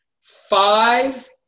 Five